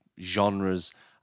genres